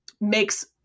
makes